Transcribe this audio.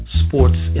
sports